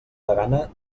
degana